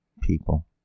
People